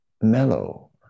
mellow